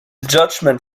judgment